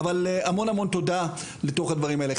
כמובן,